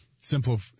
Simple